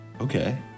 Okay